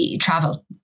Travel